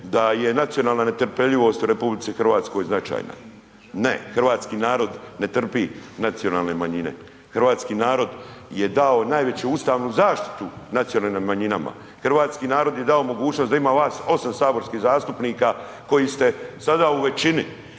da je nacionalna netrpeljivost u RH značajna. Ne, hrvatski narod ne trpi nacionalne manjine. Hrvatski narod je dao najveću ustavnu zaštitu nacionalnim manjinama. Hrvatski narod je dao mogućnost da ima vas 8 saborskih zastupnika koji ste sada u većini.